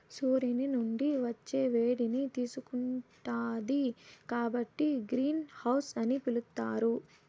సూర్యుని నుండి వచ్చే వేడిని తీసుకుంటాది కాబట్టి గ్రీన్ హౌస్ అని పిలుత్తారు